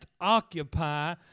occupy